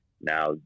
now